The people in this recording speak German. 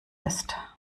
ist